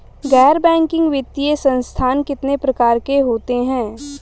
गैर बैंकिंग वित्तीय संस्थान कितने प्रकार के होते हैं?